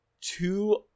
two